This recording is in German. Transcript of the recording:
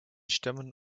stammen